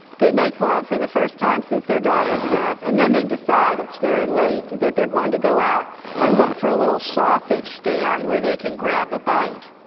they make love for the first time since their daughter's death, and then they decide, it's very late, that they're going to go out and look for a little sausage stand where they can grab a bite.